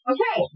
Okay